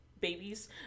babies